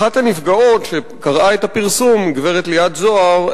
אחת הנפגעות, שקראה את הפרסום, גברת ליאת זוהר,